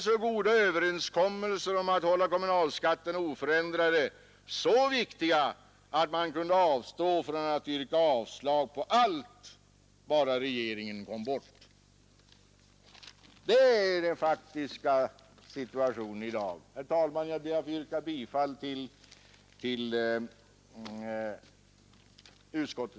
Nu när vi står inför en uppåtgående konjunktur, då bromsarna kanske måste dras till igen, lär ni inte kunna rekommendera en underbalansering.